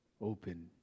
Open